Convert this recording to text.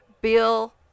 Bill